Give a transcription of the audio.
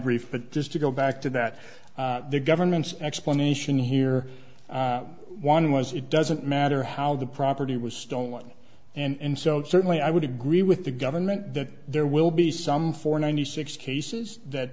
but just to go back to that the government's explanation here one was it doesn't matter how the property was stolen and so certainly i would agree with the government that there will be some for ninety six cases that